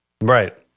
Right